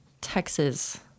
Texas